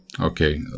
okay